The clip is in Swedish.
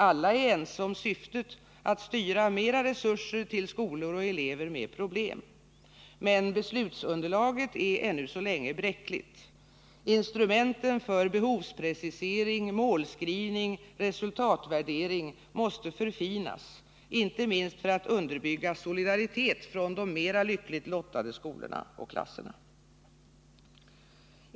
Alla är ense om syftet — att styra mera resurser till skolor och elever med problem — men beslutsunderlaget är ännu så länge bräckligt: instrumenten för behovsprecisering, målskrivning och resultatvärdering måste förfinas, inte minst för att underbygga solidaritet från de mera lyckligt lottade skolorna och klasserna.